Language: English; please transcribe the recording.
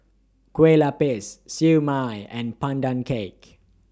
Kueh Lapis Siew Mai and Pandan Cake